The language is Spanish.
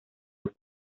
los